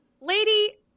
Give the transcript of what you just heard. Lady